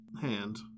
hand